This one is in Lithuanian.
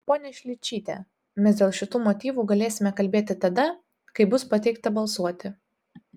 ponia šličyte mes dėl šitų motyvų galėsime kalbėti tada kai bus pateikta balsuoti